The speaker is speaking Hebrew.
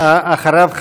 אחריו,